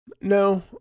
No